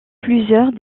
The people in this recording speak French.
plusieurs